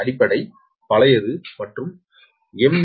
அடிப்படை பழையது மற்றும் எம்